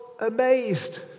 amazed